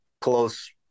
close